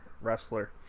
wrestler